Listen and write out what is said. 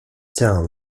town